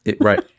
Right